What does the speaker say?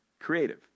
creative